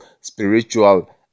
spiritual